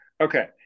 Okay